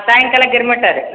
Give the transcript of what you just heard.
ಸಾಯಂಕಾಲ ಗಿರ್ಮಿಟ್ಟು ರೀ